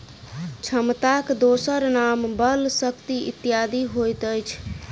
क्षमताक दोसर नाम बल, शक्ति इत्यादि होइत अछि